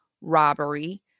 robbery